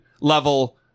level